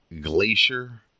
Glacier